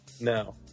No